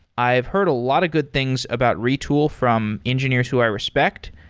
i've heard a lot of good things about retool from engineers who i respect.